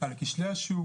על כשלי השוק,